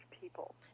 people